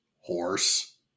horse